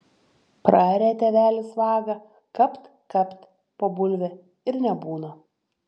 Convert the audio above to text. praarė tėvelis vagą kapt kapt po bulvę ir nebūna